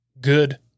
good